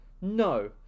no